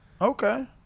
Okay